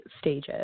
stages